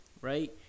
right